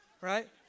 right